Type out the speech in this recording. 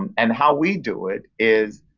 um and how we do it is,